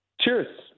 Cheers